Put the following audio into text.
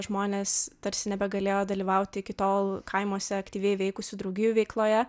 žmonės tarsi nebegalėjo dalyvauti iki tol kaimuose aktyviai veikusių draugijų veikloje